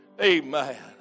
amen